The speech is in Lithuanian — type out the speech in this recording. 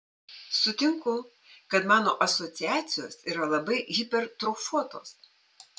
sutinku kad mano asociacijos yra labai hipertrofuotos